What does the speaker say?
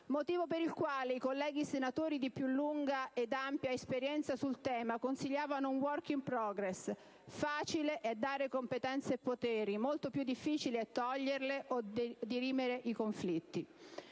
motivo per il quale i colleghi senatori di più lunga ed ampia esperienza sul tema consigliavano un *work in progress*. Facile è dare competenze e poteri, molto più difficile è togliere o dirimere i conflitti.